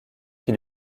qui